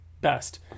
best